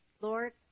Lord